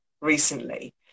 recently